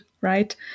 right